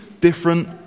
different